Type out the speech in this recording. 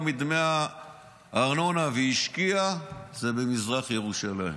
מדמי הארנונה והשקיעה זה מזרח ירושלים,